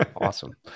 Awesome